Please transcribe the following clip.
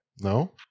No